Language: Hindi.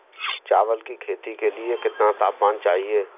चावल की खेती के लिए कितना तापमान चाहिए?